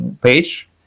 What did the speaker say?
page